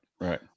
right